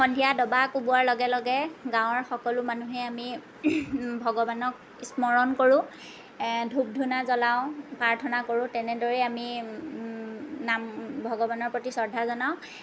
সন্ধিয়া দবা কোবোৱাৰ লগে লগে গাঁৱৰ সকলো মানুহে আমি ৱভগৱানক স্মৰণ কৰোঁ ধূপ ধূনা জ্বলাও প্ৰাৰ্থনা কৰোঁ তেনেদৰেই আমি নাম ভগৱানৰ প্ৰতি শ্ৰদ্ধা জনাওঁ